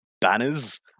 Banners –